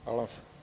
Hvala.